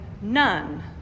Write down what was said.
none